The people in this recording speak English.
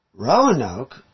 Roanoke